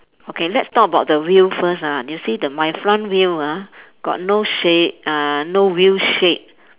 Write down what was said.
okay let's talk about the wheel first ah you see the my front wheel ah got no shape uh no wheel shape